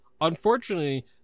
Unfortunately